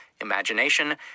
imagination